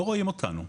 לא רואים אותנו,